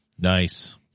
nice